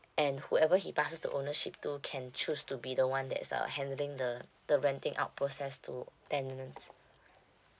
and whoever he passed the ownership to can choose to be the one that's uh handling the the renting out process to tenants